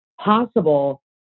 possible